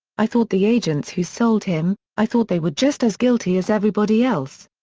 i thought the agents who sold him i thought they were just as guilty as everybody else.